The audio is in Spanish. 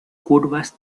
curvas